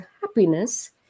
happiness